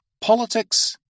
Politics